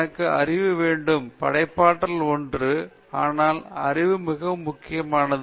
உனக்கு அறிவு வேண்டும் படைப்பாற்றல் ஒன்று ஆனால் அறிவு மிக முக்கியமானது